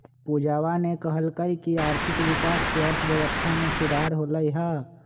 पूजावा ने कहल कई की आर्थिक विकास से अर्थव्यवस्था में सुधार होलय है